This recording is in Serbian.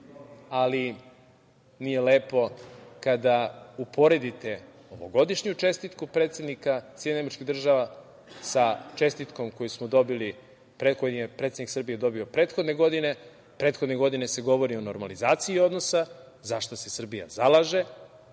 ali nije lepo kada uporedite novogodišnju čestitku predsednika SAD sa čestitkom koju je predsednik Srbije dobio prethodne godine. Prethodne godine se govori o normalizaciji odnosa, za šta se Srbija zalaže,